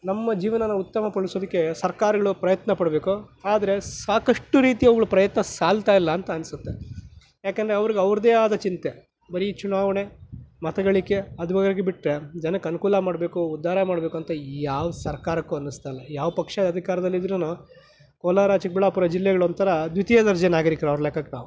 ನಮ್ಮ ಜೀವನಾನ ಉತ್ತಮ ಪಡಿಸೋದಕ್ಕೆ ಸರ್ಕಾರಗಳು ಪ್ರಯತ್ನ ಪಡಬೇಕು ಆದರೆ ಸಾಕಷ್ಟು ರೀತಿ ಅವುಗಳ ಪ್ರಯತ್ನ ಸಾಲ್ತಾ ಇಲ್ಲ ಅಂತ ಅನಿಸುತ್ತೆ ಯಾಕಂದರೆ ಅವ್ರಿಗೆ ಅವ್ರದೇ ಆದ ಚಿಂತೆ ಬರೀ ಚುನಾವಣೆ ಮತಗಳಿಕೆ ಅದುವಾಗಿ ಬಿಟ್ಟರೆ ಜನಕ್ಕೆ ಅನುಕೂಲ ಮಾಡಬೇಕು ಉದ್ದಾರ ಮಾಡಬೇಕು ಅಂತ ಯಾವ ಸರ್ಕಾರಕ್ಕೂ ಅನ್ನಿಸ್ತಾ ಇಲ್ಲ ಯಾವ ಪಕ್ಷ ಅಧಿಕಾರದಲ್ಲಿದ್ರೂ ಕೋಲಾರ ಚಿಕ್ಕಬಳ್ಳಾಪುರ ಜಿಲ್ಲೆಗಳೊಂತಥ ದ್ವಿತೀಯ ದರ್ಜೆಯ ನಾಗರಿಕರು ಅವರ ಲೆಕ್ಕಕ್ಕೆ ನಾವು